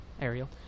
ariel